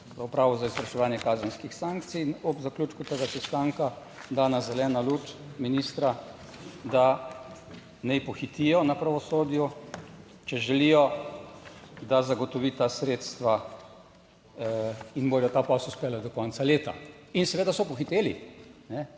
za Upravo za izvrševanje kazenskih sankcij. In ob zaključku tega sestanka dana zelena luč ministra, da naj pohitijo na pravosodju, če želijo, da zagotovi ta sredstva in bodo ta posel izpeljali do konca leta. In seveda so pohiteli,